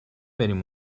بریم